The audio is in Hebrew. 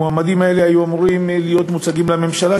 המועמדים האלה היו אמורים להיות מוצגים לממשלה,